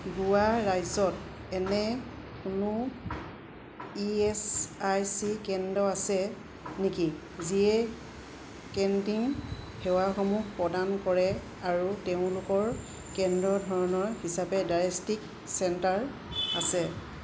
গোৱা ৰাজ্যত এনে কোনো ই এচ আই চি কেন্দ্ৰ আছে নেকি যিয়ে কেন্টিন সেৱাসমূহ প্ৰদান কৰে আৰু তেওঁলোকৰ কেন্দ্ৰ ধৰণৰ হিচাপে ডায়েষ্টিক চেণ্টাৰ আছে